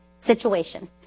situation